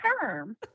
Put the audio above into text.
term